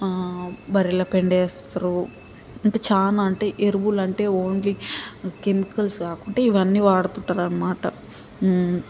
ఆ బర్రెల పెండ వేస్తారు అంటే చాలా అంటే ఎరువులు అంటే ఓన్లీ కెమికల్స్ కాకుండా ఇవన్నీ వాడుతుంటారు అనమాట